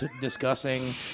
discussing